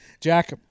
Jack